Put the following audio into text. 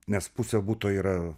nes pusė buto yra